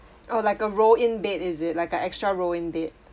oh like a roll in bed is it like a extra roll in bed